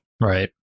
right